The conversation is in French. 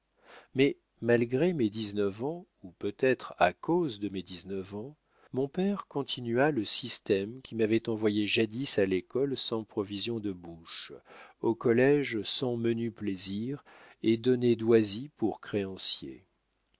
mais malgré mes dix-neuf ans ou peut-être à cause de mes dix-neuf ans mon père continua le système qui m'avait envoyé jadis à l'école sans provisions de bouche au collége sans menus plaisirs et donné doisy pour créancier